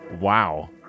wow